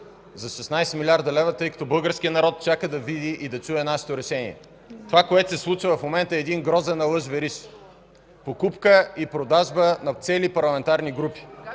за 16 млрд. лв., тъй като българският народ чака да види и да чуе нашето решение. Това, което се случва в момента, е грозен алъш-вериш – покупка и продажба на цели парламентарни групи.